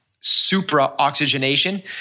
supra-oxygenation